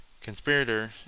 conspirator